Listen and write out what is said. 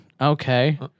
okay